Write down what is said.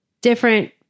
different